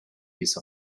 piece